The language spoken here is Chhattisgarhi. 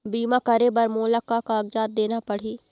बीमा करे बर मोला का कागजात देना पड़ही?